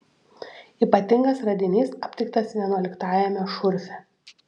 ypatingas radinys aptiktas vienuoliktajame šurfe